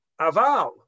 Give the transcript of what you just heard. Aval